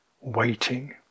waiting